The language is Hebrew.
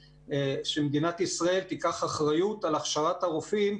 ושמדינת ישראל תיקח אחריות על הכשרת הרופאים,